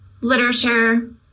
literature